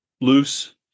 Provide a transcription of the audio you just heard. loose